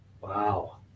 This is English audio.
Wow